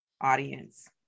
audience